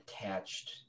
attached